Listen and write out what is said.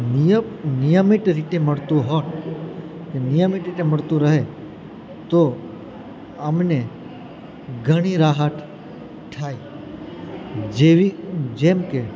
નિયમિત રીતે મળતું હોત નિયમિત રીતે મળતું રહે તો અમને ઘણી રાહત થાય જેવી જેમ કે